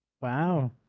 Wow